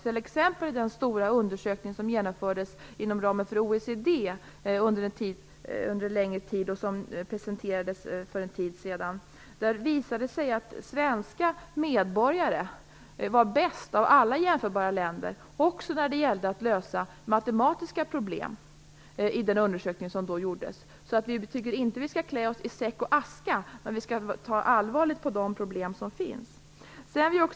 I den stora undersökning som genomfördes inom ramen för OECD som presenterades för en tid sedan visade det sig att svenska medborgare var bäst av medborgarna i alla jämförbara länder också när det gällde att lösa matematiska problem. Jag tycker inte att vi skall klä oss i säck och aska, men vi skall ta de problem som finns på allvar.